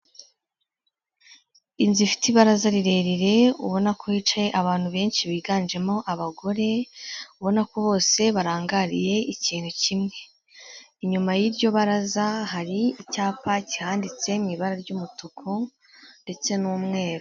Inzu ifite ibaraza rirerire, ubona ko hicaye abantu benshi biganjemo abagore, ubona ko bose barangariye ikintu kimwe. Inyuma y'iryo baraza hari icyapa kihanditse mu ibara ry'umutuku ndetse n'umweru.